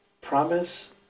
Promise